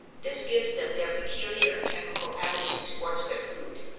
this gives them their peculiar chemical attitude towards their food.